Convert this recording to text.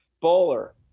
bowler